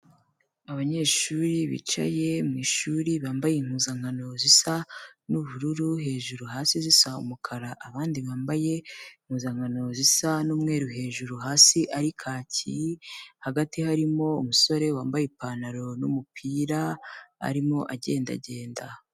Abanyeshuri bicaye mu ishuri bambaye impuzankano zisa n'ubururu hejuru, hasi zisa umukara, abandi bambaye impuzankano zisa n'umweru hejuru hasi ari kaki, hagati harimo umusore wambaye ipantaro n'umupira arimo agenda genda.